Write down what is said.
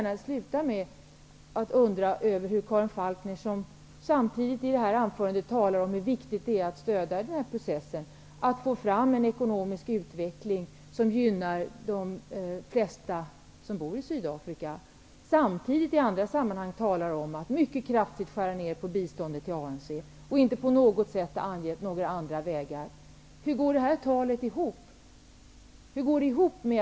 Avslutningsvis: Karin Falkmer talade i sitt huvudanförande om hur viktigt det är att vi stöder den här processen. Det gäller att få till stånd en ekonomisk utveckling som gynnar de flesta som bor i Sydafrika. Men i andra sammanhang talas det om mycket kraftiga nedskärningar beträffande biståndet till ANC. Några andra vägar talas det inte om. Hur går detta ihop?